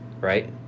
right